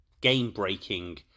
game-breaking